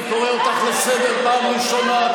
אני קורא אותך לסדר פעם ראשונה.